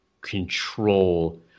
control